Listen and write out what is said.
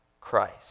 Christ